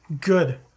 Good